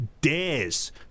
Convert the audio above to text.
dares